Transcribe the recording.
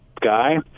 guy